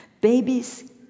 Babies